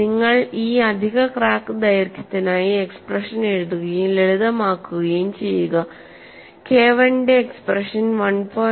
നിങ്ങൾ ഈ അധിക ക്രാക്ക് ദൈർഘ്യത്തിനായി എക്സ്പ്രഷൻ എഴുതുകയും ലളിതമാക്കുകയും ചെയ്യുക KI യുടെ എക്സ്പ്രഷൻ 1